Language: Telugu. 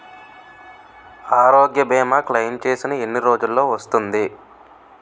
ఆరోగ్య భీమా క్లైమ్ చేసిన ఎన్ని రోజ్జులో వస్తుంది?